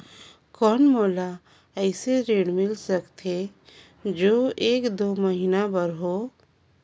कौन मोला अइसे ऋण मिल सकथे जो एक दो महीना बर हो?